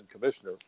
commissioner